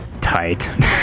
tight